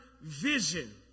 vision